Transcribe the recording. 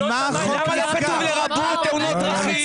למה לא כתוב לרבות תאונות דרכים?